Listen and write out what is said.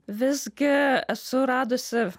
visgi esu radusi